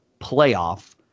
playoff